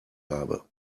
habe